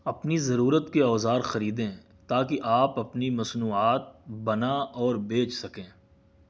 اپنی ضرورت کے اوزار خریدیں تاکہ آپ اپنی مصنوعات بنا اور بیچ سکیں